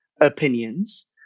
opinions